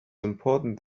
important